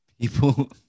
People